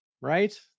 right